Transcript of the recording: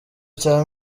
cya